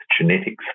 Genetics